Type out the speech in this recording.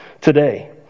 today